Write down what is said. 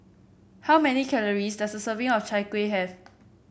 how many calories does a serving of Chai Kuih have